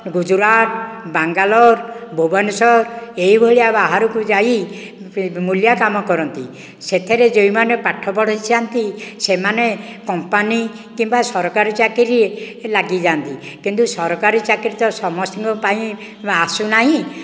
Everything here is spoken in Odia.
ଗୁଜୁରାଟ ବାଙ୍ଗାଲୋର ଭୁବନେଶ୍ୱର ଏଇ ଭଳିଆ ବାହାରକୁ ଯାଇ ମୁଲିଆ କାମ କରନ୍ତି ସେଥିରେ ଯେଉଁମାନେ ପାଠ ପଢ଼ିଛନ୍ତି ସେମାନେ କମ୍ପାନୀ କିମ୍ବା ସରକାରୀ ଚାକିରୀ ଲାଗିଯାନ୍ତି କିନ୍ତୁ ସରକାରୀ ଚାକିରୀ ତ ସମସ୍ତଙ୍କ ପାଇଁ ଆସୁ ନାହିଁ